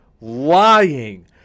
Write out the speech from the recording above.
lying